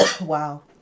Wow